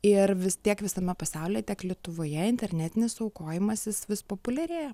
ir vis tiek visame pasaulyje tiek lietuvoje internetinis aukojimas jis vis populiarėja